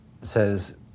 says